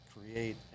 create